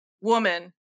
woman